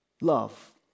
Love